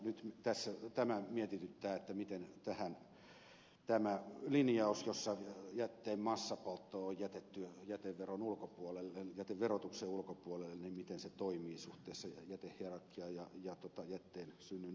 nyt tämä mietityttää miten tämä linjaus jossa jätteen massapoltto on jätetty jäteverotuksen ulkopuolelle toimii suhteessa jätehierarkiaan ja jätteen synnyn ehkäisyyn